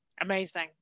Amazing